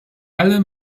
alle